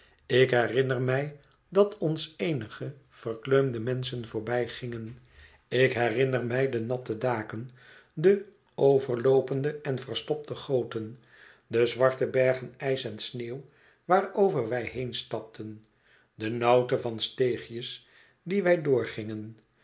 ik herinner mij dat ons eenige verkleumde menschen voorbijgingen ik herinner mij de natte daken de overloopende en verstopte goten de zwarte bergen ijs en sneeuw waarover wij heenstapten de nauwte van steegjes die wij doorgingen